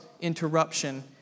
interruption